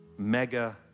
mega